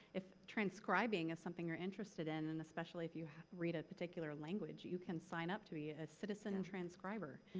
if transcribing is something you're interested in and especially if you read a particular language, you can sign up to be a citizen and transcriber.